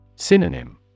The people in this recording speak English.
Synonym